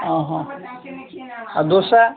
ଅ ହଁ ଆଉ ଦୋସା